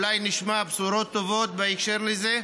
אולי נשמע בשורות טובות בהקשר הזה.